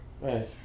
right